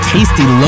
Tasty